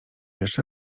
jeszcze